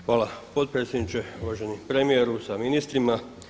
Hvala potpredsjedniče, uvaženi premijeru sa ministrima.